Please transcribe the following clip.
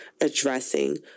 addressing